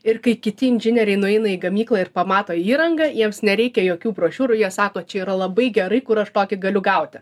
ir kai kiti inžinieriai nueina į gamyklą ir pamato įrangą jiems nereikia jokių brošiūrų jie sako čia yra labai gerai kur aš tokį galiu gauti